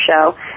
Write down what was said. show